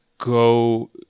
go